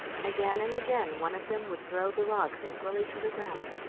again and again one of them would throw the rocks angrily to the ground,